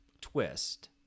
twist